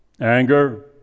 Anger